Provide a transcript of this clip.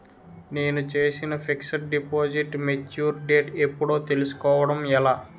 నేను చేసిన fixed deposit mature date ఎప్పుడో తెల్సుకోవడం ఎలా?